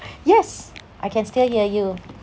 yes I can still hear you